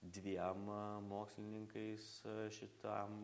dviem mokslininkais šitam